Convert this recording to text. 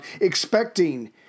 expecting